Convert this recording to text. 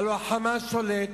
הלוא ה"חמאס" שולט,